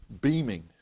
beaming